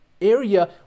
Area